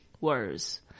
words